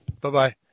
Bye-bye